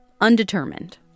undetermined